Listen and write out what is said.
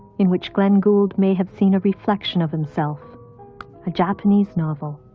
in which glenn gould may have seen a reflection of himself a japanese novel.